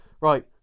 right